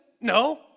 No